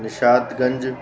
Nishatganj